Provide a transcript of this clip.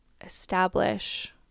establish